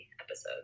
episodes